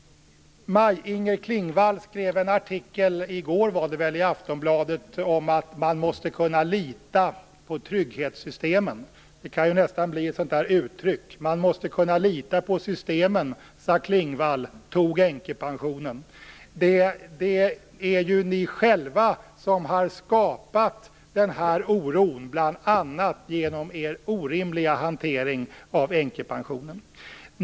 Maj-Inger Klingvall skrev en artikel som var införd i Aftonbladet i går om att man måste kunna lita på trygghetssystemen. Det kan nästan bli ett uttryck: "Man måste kunna lita på systemen sade Klingvall, tog änkepensionen". Det är ju ni själva som har skapat denna oro, bl.a. genom er orimliga hantering av änkepensionen.